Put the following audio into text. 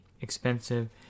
expensive